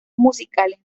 musicales